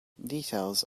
details